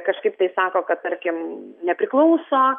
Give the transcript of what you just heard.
kažkaip tai sako kad tarkim nepriklauso